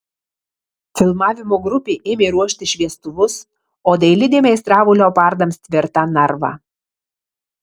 filmavimo grupė ėmė ruošti šviestuvus o dailidė meistravo leopardams tvirtą narvą